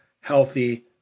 healthy